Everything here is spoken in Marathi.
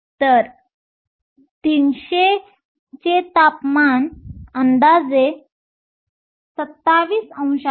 तर 300 चे तापमान अंदाजे 27 अंश आहे